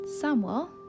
samuel